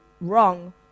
wrong